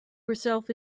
herself